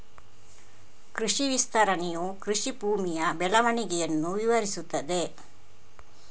ಕೃಷಿ ವಿಸ್ತರಣೆಯು ಕೃಷಿ ಭೂಮಿಯ ಬೆಳವಣಿಗೆಯನ್ನು ವಿವರಿಸುತ್ತದೆ